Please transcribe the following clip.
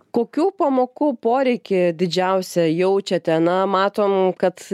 kokių pamokų poreikį didžiausią jaučiate na matom kad